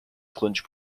clinch